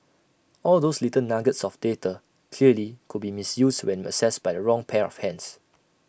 all those little nuggets of data clearly could be misused when accessed by the wrong pair of hands